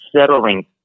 settling